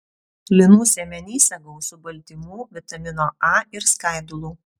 linų sėmenyse gausu baltymų vitamino a ir skaidulų